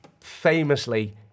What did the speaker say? famously